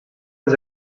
als